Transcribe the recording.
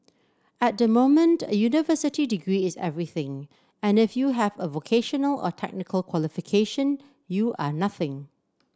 at the moment a university degree is everything and if you have a vocational or technical qualification you are nothing